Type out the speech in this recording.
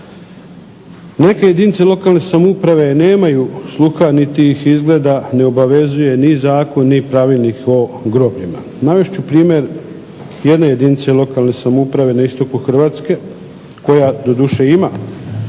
Neke jedinice lokalne samouprave nemaju sluha niti ih izgleda ne obavezuje ni zakon ni Pravilnik o grobljima. Navest ću primjer jedne jedinice lokalne samouprave na istoku Hrvatske koja doduše ima